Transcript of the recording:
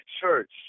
church